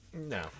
No